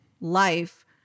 life